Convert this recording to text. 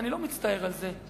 אני לא מצטער על זה.